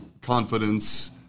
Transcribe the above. confidence –